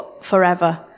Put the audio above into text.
forever